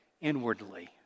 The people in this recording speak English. inwardly